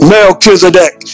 Melchizedek